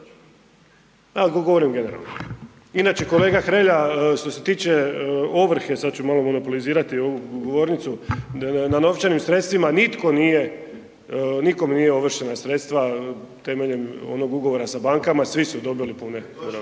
Govorim generalno. Inače, kolega Hrelja što se tiče ovrhe, sad ću malo monopolizirati ovu govornice, na novčanim sredstvima, nitko nije, nikome nije ovršena sredstva temeljem onog ugovora sa bankama, svi su dobili pune